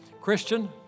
Christian